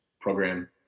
program